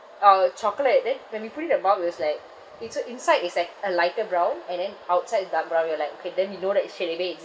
or uh chocolate then when we put in the mouth it was like it's so inside is like a lighter brown and then outside is dark brown we are like okay then you know that it's cherry based